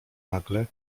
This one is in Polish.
nagle